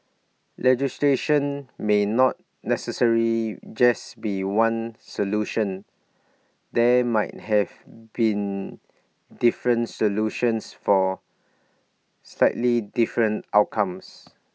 legislation may not necessary just be one solution there might have been different solutions for slightly different outcomes